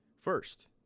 First